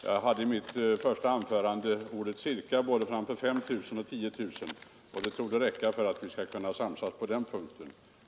Jag hade i mitt första anförande ordet cirka framför både 5 000 och 10 000; det borde räcka för att vi skall kunna samsas på den punkten.